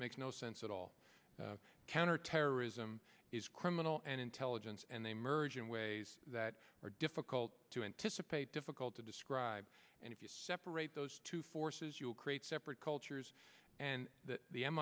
makes no sense at all counterterrorism is criminal and intelligence and they merge in ways that are difficult to anticipate difficult to describe and if you separate those two forces you'll create separate cultures and th